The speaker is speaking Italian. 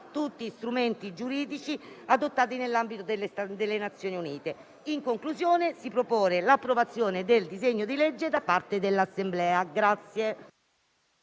tutti strumenti giuridici adottati nell'ambito delle Nazioni Unite. In conclusione, si propone l'approvazione del disegno di legge da parte dell'Assemblea.